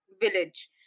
village